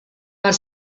per